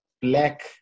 black